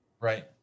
Right